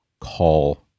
call